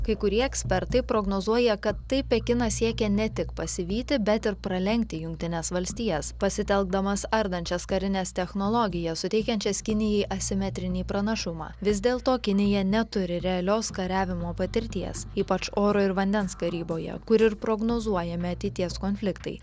kai kurie ekspertai prognozuoja kad taip pekinas siekia ne tik pasivyti bet ir pralenkti jungtines valstijas pasitelkdamas ardančias karines technologijas suteikiančias kinijai asimetrinį pranašumą vis dėl to kinija neturi realios kariavimo patirties ypač oro ir vandens karyboje kuri ir prognozuojami ateities konfliktai